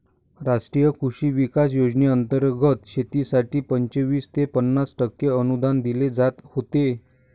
राष्ट्रीय कृषी विकास योजनेंतर्गत शेतीसाठी पंचवीस ते पन्नास टक्के अनुदान दिले जात होते